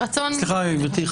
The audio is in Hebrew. סליחה גברתי,